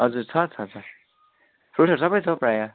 हजुर छ छ छ फ्रुट्सहरू सबै छ प्रायः